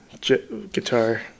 Guitar